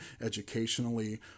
educationally